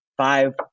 Five